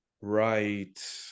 Right